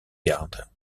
gardes